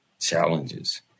challenges